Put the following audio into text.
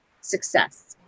success